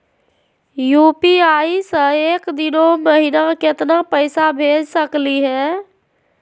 UPI स एक दिनो महिना केतना पैसा भेज सकली हे?